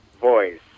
voice